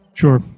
sure